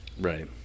Right